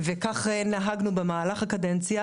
וכך נהגנו במהלך הקדנציה,